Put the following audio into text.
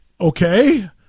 Okay